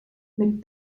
mit